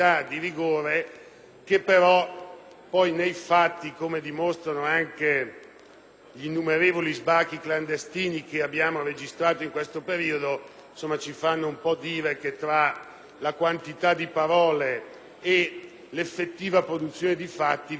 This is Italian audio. gli innumerevoli sbarchi clandestini che abbiamo registrato in questo periodo, ci fanno dire che tra la quantità di parole e l'effettiva produzione di fatti vi sia un rapporto inversamente proporzionale. Per questi motivi